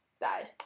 died